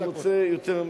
אני רוצה יותר,